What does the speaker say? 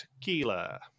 tequila